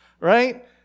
Right